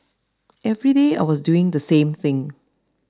every day I was doing the same thing